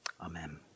amen